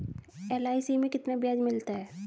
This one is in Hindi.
एल.आई.सी में कितना ब्याज मिलता है?